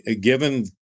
given